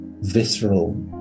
visceral